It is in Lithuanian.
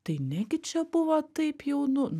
tai negi čia buvo taip jau nu